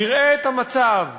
יראה את המצב,